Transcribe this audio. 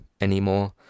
anymore